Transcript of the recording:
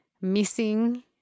missing